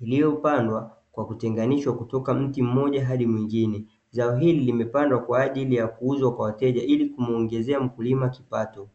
iliyopandwa kwa kutengenishwa kutoka mti mmoja hadi mwingine. Zao hili limepandwa kwa ajili ya kuuzwa kwa wateja ili kumuongezea mkulima kipato.